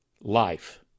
life